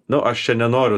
nu aš čia nenoriu